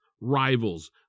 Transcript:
rivals